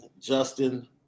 Justin